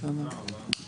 הישיבה ננעלה בשעה 12:11.